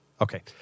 Okay